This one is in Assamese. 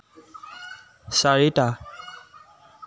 চাৰিটা